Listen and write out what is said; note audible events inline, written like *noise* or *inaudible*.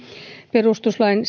perustuslain *unintelligible*